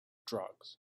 drugs